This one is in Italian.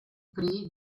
prix